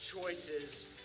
Choices